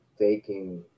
taking